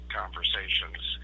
conversations